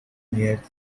near